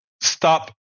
stop